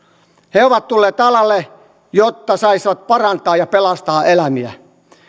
he ovat tulleet alalle jotta saisivat parantaa ja pelastaa elämiä